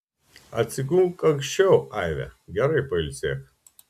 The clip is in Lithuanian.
atsigulk anksčiau aive gerai pailsėk